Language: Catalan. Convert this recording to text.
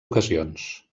ocasions